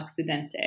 Occidente